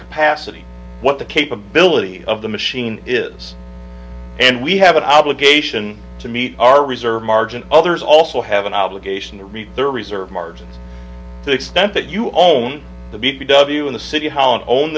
capacity what the capability of the machine is and we have an obligation to meet our reserve margin others also have an obligation to meet their reserve margins the extent that you own the b w in the city hall and own